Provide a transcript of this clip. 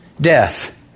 Death